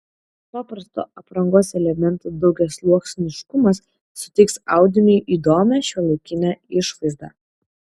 paprasto aprangos elemento daugiasluoksniškumas suteiks audiniui įdomią šiuolaikinę išvaizdą